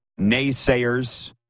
naysayers